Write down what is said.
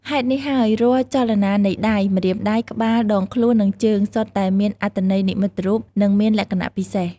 ហេតុនេះហើយ រាល់ចលនានៃដៃ ម្រាមដៃ ក្បាល ដងខ្លួន និងជើង សុទ្ធតែមានអត្ថន័យនិមិត្តរូប និងមានលក្ខណៈពិសេស។